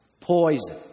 poison